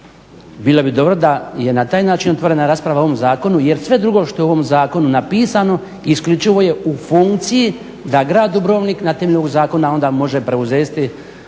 Bilo bi dobro da je na taj način otvorena rasprava o ovom zakonu, jer sve drugo što je u ovom zakonu napisano isključivo je u funkciji da grad Dubrovnik na temelju ovog zakona onda može preuzesti